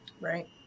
right